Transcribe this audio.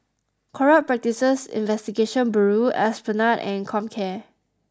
Corrupt Practices Investigation Bureau Esplanade and Comcare